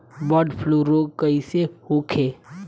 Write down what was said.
Bird flu रोग कईसे होखे?